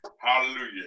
hallelujah